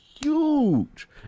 huge